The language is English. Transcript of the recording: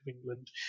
England